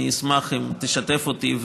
אני אשמח אם תשתף אותי,